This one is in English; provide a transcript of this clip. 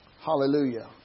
Hallelujah